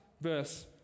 verse